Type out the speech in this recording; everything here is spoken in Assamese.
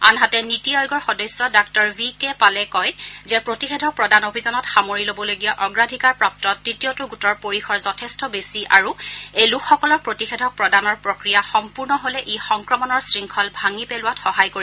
আনহাতে নীতি আয়োগৰ সদস্য ডাঃ ভি কে পালে কয় যে প্ৰতিষেধক প্ৰদান অভিযানত সামৰি ল'বলগীয়া অগ্ৰাধিকাৰপ্ৰাপ্ত তৃতীয়টো গোটৰ পৰিসৰ যথেষ্ট বেছি আৰু এই লোকসকলক প্ৰতিষেধক প্ৰদানৰ প্ৰক্ৰিয়া সম্পূৰ্ণ হলে ই সংক্ৰমণৰ শৃংখল ভাঙি পেলোৱাত সহায় কৰিব